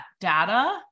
data